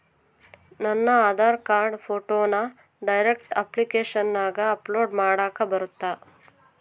ನನ್ನ ಆಧಾರ್ ಕಾರ್ಡ್ ಫೋಟೋನ ಡೈರೆಕ್ಟ್ ಅಪ್ಲಿಕೇಶನಗ ಅಪ್ಲೋಡ್ ಮಾಡಾಕ ಬರುತ್ತಾ?